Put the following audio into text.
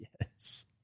Yes